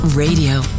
Radio